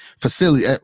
facility